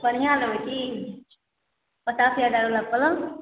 बढ़िआँ लेबै की पचासी हजार वला पलङ्ग